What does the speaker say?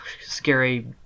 scary